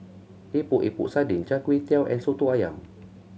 Epok Epok Sardin Char Kway Teow and Soto Ayam